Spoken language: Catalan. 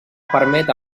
permet